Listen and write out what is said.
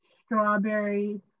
strawberry